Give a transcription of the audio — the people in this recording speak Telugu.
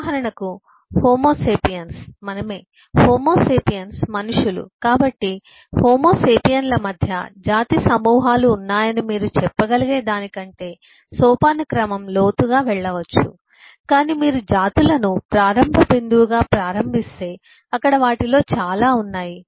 ఉదాహరణకు హోమోసేపియన్స్ మనమే హోమో సేపియన్స్ మనుషులు కాబట్టి హోమో సేపియన్ల మధ్య జాతి సమూహాలు ఉన్నాయని మీరు చెప్పగలిగే దానికంటే సోపానక్రమం లోతుగా వెళ్ళవచ్చు కాని మీరు జాతులను ప్రారంభ బిందువుగా ప్రారంభిస్తే అక్కడ వాటిలో చాలా ఉన్నాయి